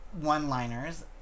one-liners